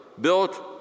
built